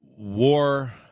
War